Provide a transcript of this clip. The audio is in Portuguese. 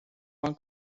uma